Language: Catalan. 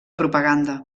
propaganda